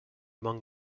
among